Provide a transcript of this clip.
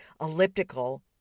elliptical